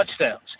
touchdowns